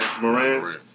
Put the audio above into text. Moran